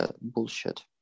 bullshit